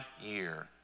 year